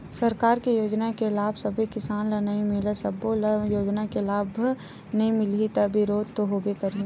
सरकार के योजना के लाभ सब्बे किसान ल नइ मिलय, सब्बो ल योजना के लाभ नइ मिलही त बिरोध तो होबे करही